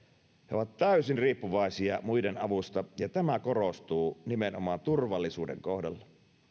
he ovat täysin riippuvaisia muiden avusta ja tämä korostuu nimenomaan turvallisuuden kohdalla